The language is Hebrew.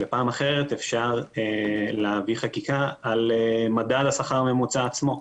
פעם אחרת אפשר להביא חקיקה לגבי מדד השכר הממוצע עצמו.